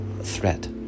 threat